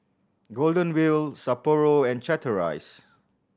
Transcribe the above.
Golden Wheel Sapporo and Chateraise